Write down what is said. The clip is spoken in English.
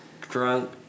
Drunk